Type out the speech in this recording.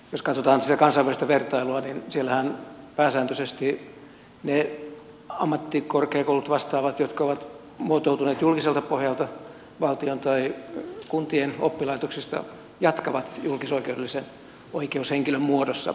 jos katsotaan sitä kansainvälistä vertailua niin siellähän pääsääntöisesti ne ammattikorkeakouluja vastaavat jotka ovat muotoutuneet julkiselta pohjalta valtion tai kuntien oppilaitoksista jatkavat julkisoikeudellisen oikeushenkilön muodossa